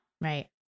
Right